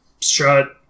shut